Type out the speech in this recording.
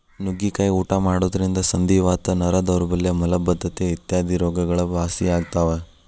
ನುಗ್ಗಿಕಾಯಿ ಊಟ ಮಾಡೋದ್ರಿಂದ ಸಂಧಿವಾತ, ನರ ದೌರ್ಬಲ್ಯ ಮಲಬದ್ದತೆ ಇತ್ಯಾದಿ ರೋಗಗಳು ವಾಸಿಯಾಗ್ತಾವ